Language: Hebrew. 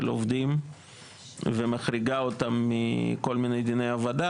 עובדים ומחריגה אותם מכל מיני דיני עבודה,